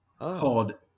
called